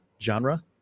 genre